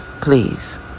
please